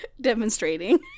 Demonstrating